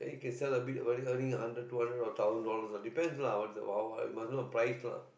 can sell a bit earning earning a hundred two hundred or thousand dollars depends lah but uh must know the price lah